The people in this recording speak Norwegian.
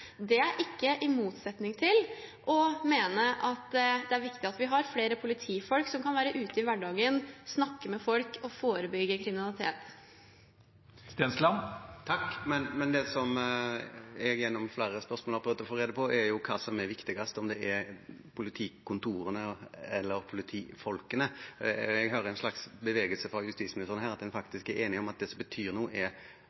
ikke i motsetning til å mene at det er viktig at vi har flere politifolk som kan være ute i hverdagen, snakke med folk og forebygge kriminalitet. Men det som jeg gjennom flere spørsmål har prøvd å få rede på, er hva som er viktigst. Er det politikontorene eller politifolkene? Jeg hører en slags bevegelse fra justisministerens side til at en